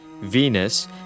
Venus